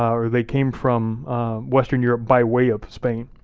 um or they came from western europe by way of spain.